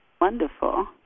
wonderful